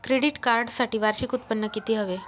Credit कार्डसाठी वार्षिक उत्त्पन्न किती हवे?